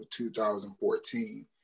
2014